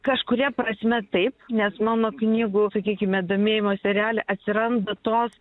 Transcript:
kažkuria prasme taip nes mano knygų sakykime domėjimosi reale atsiranda tos